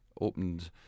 opened